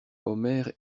omer